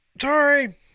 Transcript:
Sorry